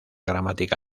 gramática